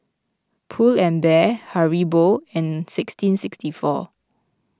Pull and Bear Haribo and sixteen sixty four